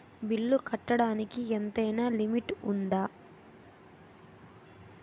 బిల్లులు కట్టడానికి ఎంతైనా లిమిట్ఉందా?